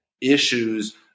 issues